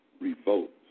Revolt